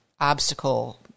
obstacle